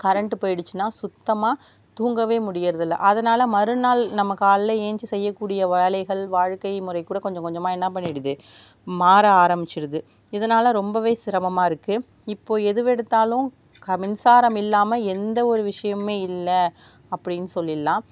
current போய்டுச்சினா சுத்தமாக தூங்கவே முடியுறதில்ல அதனால மறுநாள் நம்ம காலைல ஏந்திச்சி செய்யக்கூடிய வேலைகள் வாழ்க்கை முறைக்கூட கொஞ்சம் கொஞ்சமாக என்ன பண்ணிடுது மாற ஆரம்மிச்சிருது இதனால் ரொம்ப சிரமமாக இருக்கு இப்போது எது எடுத்தாலும் மின்சாரம் இல்லாமல் எந்த ஒரு விஷயம்மே இல்லை அப்டின்னு சொல்லிடலாம்